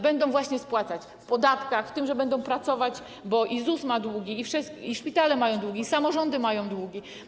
Będą właśnie spłacać w podatkach, tym, że będą dłużej pracować, bo i ZUS ma długi, i szpitale mają długi, i samorządy mają długi.